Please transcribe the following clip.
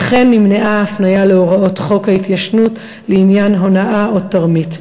וכן נמנעה ההפניה להוראות חוק ההתיישנות לעניין הונאה או תרמית.